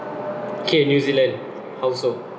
K new zealand how so